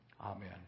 Amen